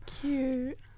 Cute